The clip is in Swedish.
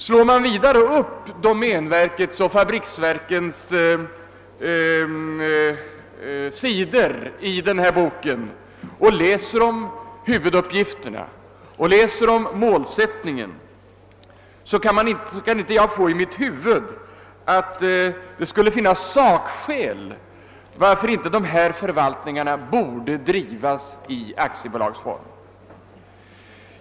Slår jag vidare upp domänverkets och fabriksverkens sidor i den här boken och läser om huvuduppgifter och målsättning, kan jag inte få i mitt huvud att det skulle finnas sakskäl till att dessa förvaltningar inte borde drivas i aktiebolagsform.